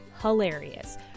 hilarious